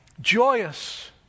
joyous